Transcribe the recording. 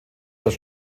das